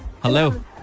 Hello